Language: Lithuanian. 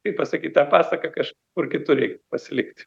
kaip pasakyt tą pasaką kažkur kitur reik pasilikt